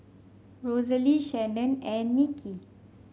Rosalee Shannon and Nikki